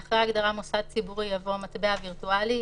"; אחרי ההגדרה "מוסד ציבורי" יבוא: ""מטבע וירטואלי"